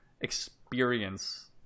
experience